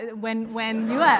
ah when when you um